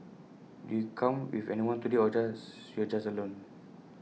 did you come with anyone today or just you're just alone